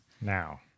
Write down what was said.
Now